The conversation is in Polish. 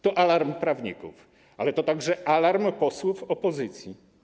To alarm prawników, ale to także alarm posłów opozycji.